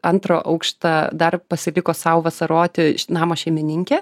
antrą aukštą dar pasiliko sau vasaroti namo šeimininkė